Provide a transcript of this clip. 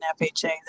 FHA